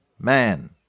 man